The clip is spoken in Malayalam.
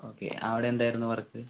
ഓക്കെ അവിടെ എന്തായിരുന്നു വർക്ക്